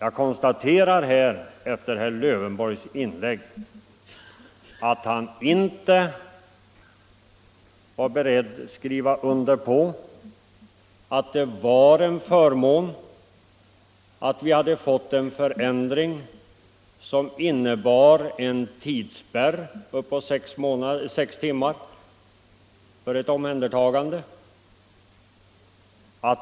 Efter herr Lövenborgs inlägg konstaterar jag att han inte var beredd att skriva under på att det var en förmån att vi hade fått en förändring som innebar en tidsspärr upp till sex timmar för ett omhändertagande.